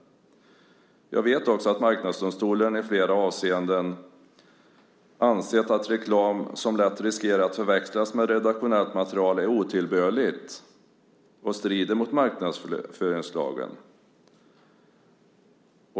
Jag vet att Marknadsdomstolen i flera avseenden ansett att reklam som lätt riskerar att förväxlas med redaktionellt material är otillbörlig och strider mot marknadsföringslagen.